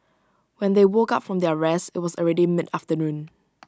when they woke up from their rest IT was already mid afternoon